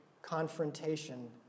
confrontation